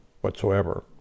whatsoever